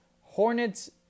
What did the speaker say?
Hornets